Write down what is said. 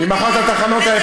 עם השבח הזה,